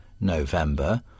November